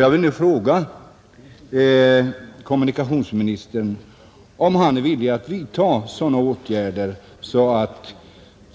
Jag vill nu fråga kommunikationsministern om han är villig att vidta sådana åtgärder att